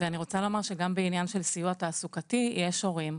אני רוצה לומר שגם בעניין של סיוע תעסוקתי יש הורים,